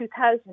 2000